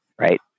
Right